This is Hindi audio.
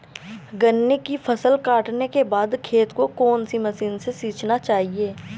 गन्ने की फसल काटने के बाद खेत को कौन सी मशीन से सींचना चाहिये?